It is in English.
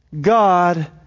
God